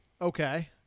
Okay